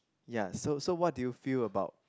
ya so so what do you feel about